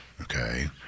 okay